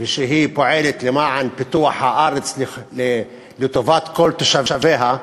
ופועלת למען פיתוח הארץ לטובת כל תושביה,